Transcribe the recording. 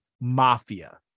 mafia